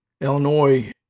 Illinois